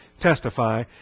testify